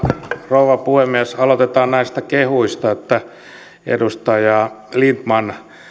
rouva puhemies aloitetaan näistä kehuista edustaja lindtman